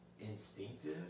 instinctive